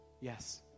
Yes